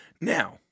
Now